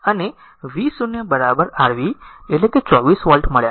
તેથી અને v0 r v ને 24 વોલ્ટ મળ્યા